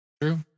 True